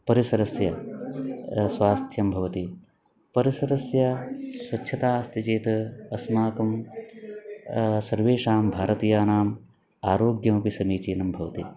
परिसरस्य स्वास्थ्यं भवति परिसरस्य स्वच्छता अस्ति चेत् अस्माकं सर्वेषां भारतीयानाम् आरोग्यमपि समीचीनं भवति